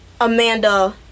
amanda